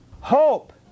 Hope